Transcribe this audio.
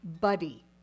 buddy